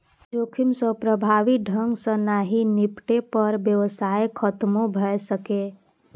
जोखिम सं प्रभावी ढंग सं नहि निपटै पर व्यवसाय खतमो भए सकैए